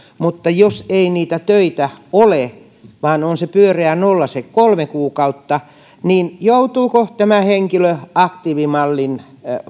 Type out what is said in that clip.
niin jos ei niitä töitä ole vaan on pyöreä nolla se kolme kuukautta niin joutuuko tämä henkilö aktiivimallin